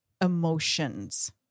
Emotions